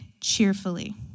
cheerfully